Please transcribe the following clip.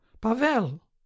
pavel